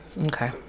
okay